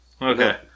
Okay